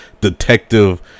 detective